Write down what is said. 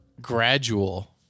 gradual